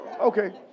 Okay